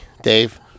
Dave